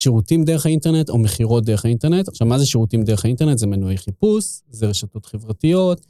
שירותים דרך האינטרנט, או מכירות דרך האינטרנט. עכשיו, מה זה שירותים דרך האינטרנט? זה מנועי חיפוש, זה רשתות חברתיות.